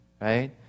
right